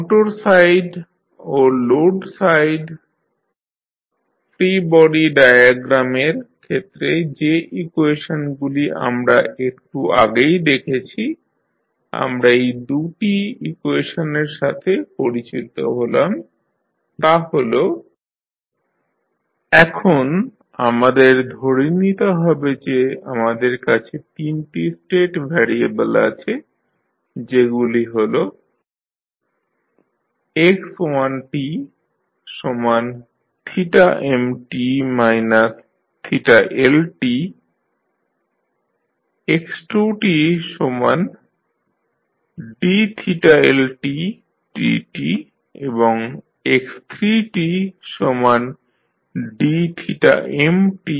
motor side ও load side free body ডায়াগ্রামের ক্ষেত্রে যে ইকুয়েশনগুলি আমরা একটু আগেই দেখেছি আমরা এই 2 টি ইকুয়েশনের সাথে পরিচত হলাম তা' হল d2mdt2 BmJmdmtdt KJmmt Lt1JmTmt Kmt LJLd2Ldt2 এখন আমাদের ধরে নিতে হবে যে আমাদের কাছে 3 টি স্টেট ভ্যারিয়েবেল আছে যেগুলি হল x1tmt Ltx2tdLtdtএবং x3tdmdt